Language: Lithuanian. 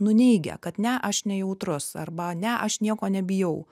nuneigia kad ne aš nejautrus arba ne aš nieko nebijau